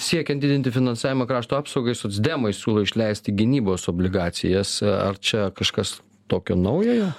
siekian didinti finansavimą krašto apsaugai socdemai siūlo išleisti gynybos obligacijas ar čia kažkas tokio naujojo